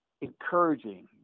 encouraging